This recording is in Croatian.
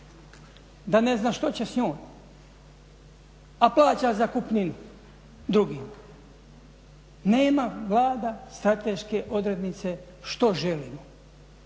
da ne zna što će s njom, a plaća zakupninu drugima. Nema Vlada strateške odrednice što želimo.